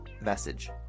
message